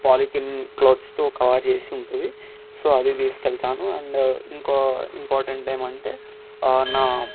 polythene క్లాత్స్తో cover చేసి ఉంటుంది సో అది తీసుకెళ్తాను అండ్ ఇంకో ఇంపార్టెంట్ ఏమంటే నా